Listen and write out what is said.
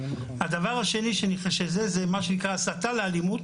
הדבר השני זה מה שנקרא הסתה לאלימות